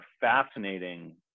fascinating